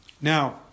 Now